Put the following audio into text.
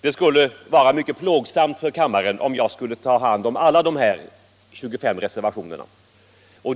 Det skulle vara mycket plågsamt för kammarens ledamöter om jag kommenterade alla 25 reservationerna.